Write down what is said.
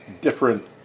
different